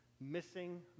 missing